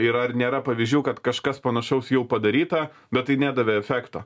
yra ar nėra pavyzdžių kad kažkas panašaus jau padaryta bet tai nedavė efekto